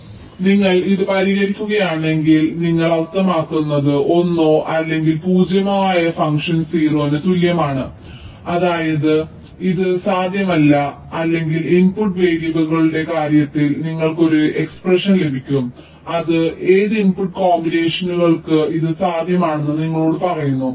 അതിനാൽ നിങ്ങൾ അത് പരിഹരിക്കുകയാണെങ്കിൽ നിങ്ങൾ അർത്ഥമാക്കുന്നത് നിങ്ങൾക്ക് ഒന്നോ അല്ലെങ്കിൽ പൂജ്യമോ ആയ ഫംഗ്ഷൻ 0 ന് തുല്യമാണ് അതായത് ഇത് സാധ്യമല്ല അല്ലെങ്കിൽ ഇൻപുട്ട് വേരിയബിളുകളുടെ കാര്യത്തിൽ നിങ്ങൾക്ക് ഒരു എക്സ്പ്രഷൻ ലഭിക്കും അത് ഏത് ഇൻപുട്ട് കോമ്പിനേഷനുകൾക്ക് ഇത് സാധ്യമാണെന്ന് നിങ്ങളോട് പറയുന്നു